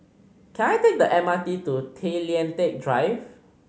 can I take the M R T to Tay Lian Teck Drive